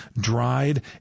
dried